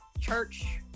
church